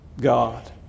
God